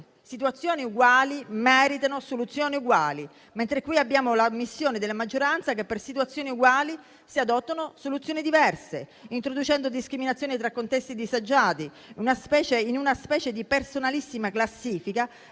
Situazioni uguali meritano soluzioni uguali, mentre in questo caso la maggioranza ammette che per situazioni uguali si adottano soluzioni diverse, introducendo discriminazioni tra contesti disagiati, in una specie di personalissima classifica